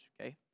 okay